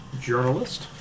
journalist